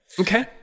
Okay